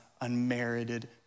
unmerited